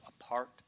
apart